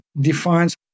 defines